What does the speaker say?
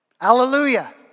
Hallelujah